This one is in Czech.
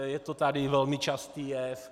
Je to tady velmi častý jev.